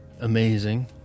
amazing